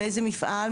מאיזה מפעל,